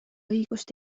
õigust